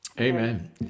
Amen